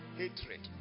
hatred